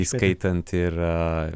įskaitant ir